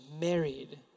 married